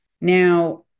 Now